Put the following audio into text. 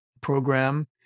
program